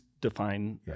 define